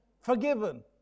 forgiven